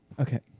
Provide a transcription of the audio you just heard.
Okay